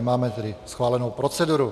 Máme tedy schválenu proceduru.